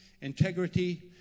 integrity